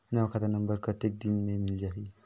नवा खाता नंबर कतेक दिन मे मिल जाही?